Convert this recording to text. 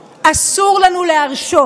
אסור, אסור לנו להרשות.